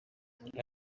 abari